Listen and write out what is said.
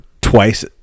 twice